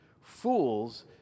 Fools